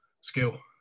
skill